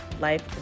life